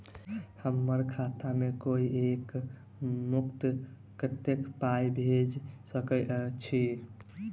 हम्मर खाता मे कोइ एक मुस्त कत्तेक पाई भेजि सकय छई?